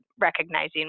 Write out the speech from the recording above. recognizing